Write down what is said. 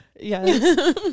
Yes